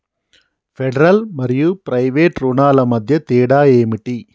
Federal మరియు private రుణాల మధ్య తేడా ఏమిటి?